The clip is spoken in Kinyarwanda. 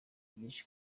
byinshi